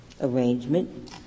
arrangement